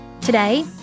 Today